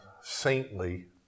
saintly